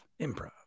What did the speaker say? Improv